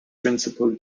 principal